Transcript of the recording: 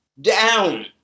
down